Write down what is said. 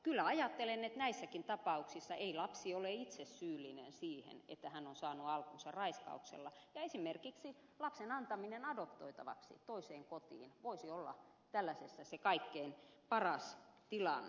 kyllä ajattelen että näissäkin tapauksissa ei lapsi ole itse syyllinen siihen että hän on saanut alkunsa raiskauksella ja esimerkiksi lapsen antaminen adoptoitavaksi toiseen kotiin voisi olla tällaisessa tapauksessa se kaikkein paras tilanne